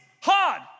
hard